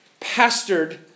pastored